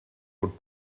would